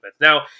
Now